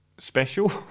special